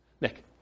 Nick